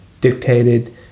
dictated